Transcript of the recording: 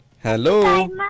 Hello